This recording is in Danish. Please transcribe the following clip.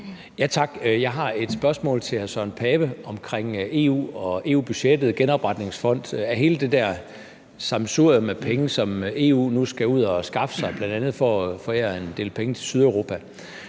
Tak. Jeg har et spørgsmål til hr. Søren Pape Poulsen om EU, EU-budgettet og genopretningsfonden, altså hele det her sammensurium af penge, som EU nu skal ud og skaffe, bl.a. for at forære en del penge til Sydeuropa.